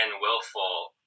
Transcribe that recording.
willful